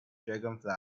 dragonfly